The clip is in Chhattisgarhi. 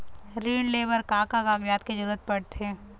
ऋण ले बर का का कागजात के जरूरत पड़थे?